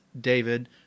David